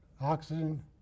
Oxygen